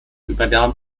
übernahm